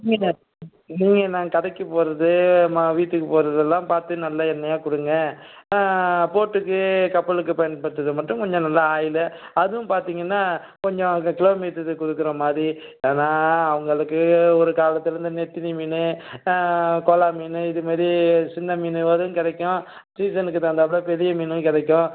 நீங்கள் நான் கடைக்கு போடுறது நான் வீட்டுக்கு போடுறதெல்லாம் பார்த்து நல்ல எண்ணெயாக கொடுங்க போட்டுக்கு கப்பலுக்கு பயன்படுத்துறதை மட்டும் கொஞ்சம் நல்லா ஆயிலு அதுவும் பார்த்தீங்கன்னா கொஞ்சம் அந்த கிலோ மீட்டர் கொடுக்குற மாதிரி ஏனால் அவர்களுக்கு ஒரு காலத்தில் இந்த நெத்திலி மீன் கோலா மீன் இது மாரி சின்ன மீனுகளும் கிடைக்கும் சீசனுக்கு தகுந்தாற்புல பெரிய மீனும் கிடைக்கும்